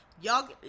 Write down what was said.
y'all